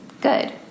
good